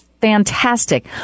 fantastic